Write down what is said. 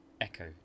echo